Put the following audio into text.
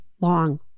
long